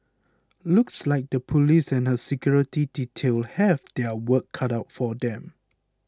looks like the police and her security detail have their work cut out for them